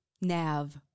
Nav